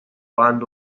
land